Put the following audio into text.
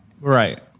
Right